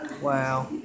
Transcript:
Wow